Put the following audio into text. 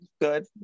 good